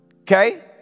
Okay